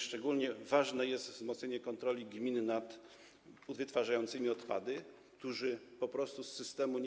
Szczególnie ważne jest wzmocnienie kontroli gmin nad wytwarzającymi odpady, którzy nie mogą wypaść z systemu